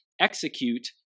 execute